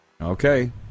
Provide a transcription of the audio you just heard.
Okay